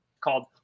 called